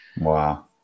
wow